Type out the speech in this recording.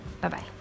Bye-bye